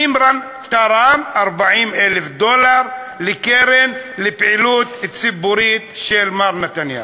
מימרן תרם 40,000 דולר לקרן לפעילות ציבורית של מר נתניהו.